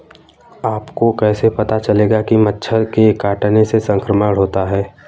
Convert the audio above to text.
आपको कैसे पता चलेगा कि मच्छर के काटने से संक्रमण होता है?